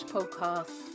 Podcast